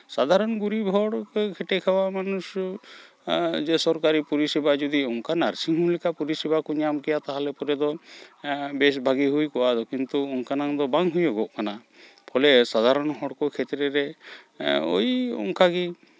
ᱥᱟᱫᱷᱟᱨᱚᱱ ᱜᱩᱨᱤᱵᱽ ᱦᱚᱲ ᱠᱷᱮᱴᱮ ᱠᱷᱟᱣᱟ ᱢᱟᱱᱩᱥ ᱥᱚᱨᱠᱟᱨᱤ ᱯᱚᱨᱤᱥᱮᱵᱟ ᱡᱩᱫᱤ ᱚᱝᱠᱟᱱᱟᱜ ᱱᱟᱨᱥᱤᱝ ᱦᱳᱢ ᱞᱮᱠᱟ ᱯᱚᱨᱤᱥᱮᱵᱟ ᱠᱚ ᱧᱟᱢ ᱠᱮᱭᱟ ᱛᱟᱦᱞᱮ ᱛᱚᱵᱮ ᱫᱚ ᱵᱮᱥ ᱦᱵᱷᱟᱹᱜᱤ ᱦᱩᱭ ᱠᱚᱜᱼᱟ ᱠᱤᱱᱛᱩ ᱚᱝᱠᱟᱱᱟᱝ ᱫᱚ ᱵᱟᱝ ᱦᱩᱭᱩᱜᱚᱜ ᱠᱟᱱᱟ ᱯᱷᱚᱞᱮ ᱥᱟᱫᱷᱟᱨᱚᱱ ᱦᱚᱲ ᱠᱚ ᱠᱷᱮᱛᱨᱮ ᱨᱮ ᱳᱭ ᱚᱝᱠᱟ ᱜᱮ